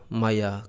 maya